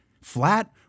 flat